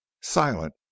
silent